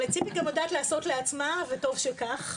אבל ציפי גם יודעת לעשות לעצמה וטוב שכך,